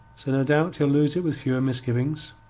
so no doubt he'll lose it with fewer misgivings.